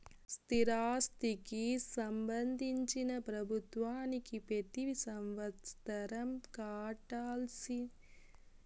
స్థిరాస్తికి సంబంధించి ప్రభుత్వానికి పెతి సంవత్సరం కట్టాల్సిన పన్ను ప్రాపర్టీ టాక్స్